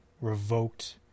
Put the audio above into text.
revoked